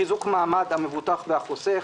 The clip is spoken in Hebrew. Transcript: חיזוק מעמד המבוטח והחוסך,